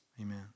Amen